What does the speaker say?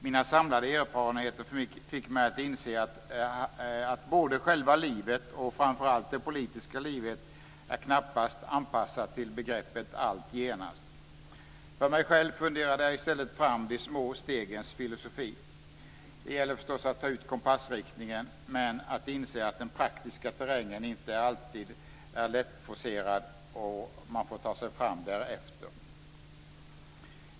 Mina samlade erfarenheter fick mig att inse att både själva livet och framför allt det politiska livet knappast är anpassat till begreppet allt genast. För mig själv funderade jag i stället fram de små stegens filosofi. Det gäller förstås att ta ut kompassriktningen men att inse att den praktiska terrängen inte är alltför lättforcerad och att man får ta sig fram därefter.